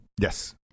yes